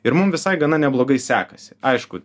ir mum visai gana neblogai sekasi aišku